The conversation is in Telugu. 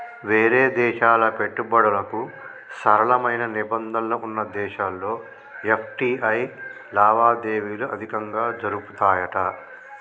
వేరే దేశాల పెట్టుబడులకు సరళమైన నిబంధనలు వున్న దేశాల్లో ఎఫ్.టి.ఐ లావాదేవీలు అధికంగా జరుపుతాయట